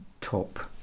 top